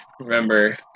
Remember